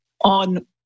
on